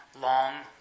long